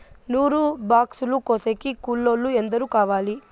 నూరు బాక్సులు కోసేకి కూలోల్లు ఎందరు కావాలి?